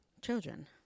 children